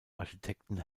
architekten